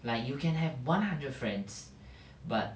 like you can have one hundred friends but